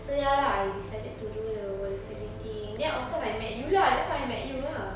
so ya lah I decided to do the volunteering thing then of course I met you lah that's how I met you lah